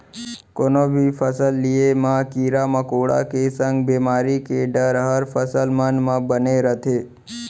कोनो भी फसल लिये म कीरा मकोड़ा के संग बेमारी के डर हर फसल मन म बने रथे